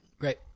Great